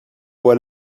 voit